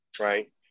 right